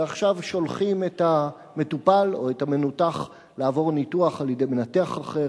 ועכשיו שולחים את המטופל או את המנותח לעבור ניתוח על-ידי מנתח אחר,